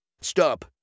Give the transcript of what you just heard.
Stop